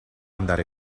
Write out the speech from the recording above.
andare